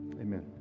Amen